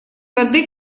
воды